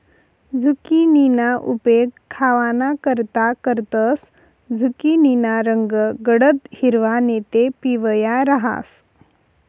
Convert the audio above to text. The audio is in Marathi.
झुकिनीना उपेग खावानाकरता करतंस, झुकिनीना रंग गडद हिरवा नैते पिवया रहास